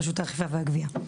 רשות האכיפה והגבייה.